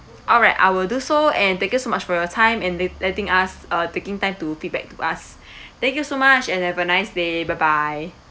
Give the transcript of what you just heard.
alright I will do so and and thank you so much for your time and th~ letting us uh taking time to feedback to us thank you so much and have a nice day bye bye